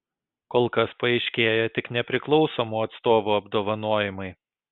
kol kas paaiškėję tik nepriklausomų atstovų apdovanojimai